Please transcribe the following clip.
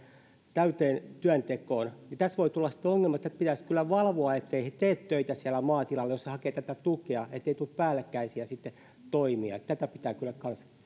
täyteen työntekoon tässä voi tulla sitten ongelma että pitäisi kyllä valvoa etteivät he tee töitä siellä maatilalla jos he hakevat tätä tukea ettei tule päällekkäisiä toimia tätä pitää kyllä kanssa sitten